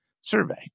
survey